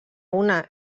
una